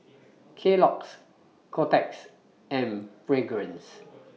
Kellogg's Kotex and Fragrance